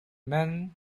men